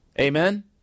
Amen